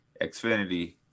Xfinity